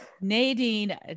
Nadine